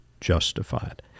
justified